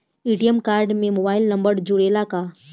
ATM card में mobile number जुरेला का?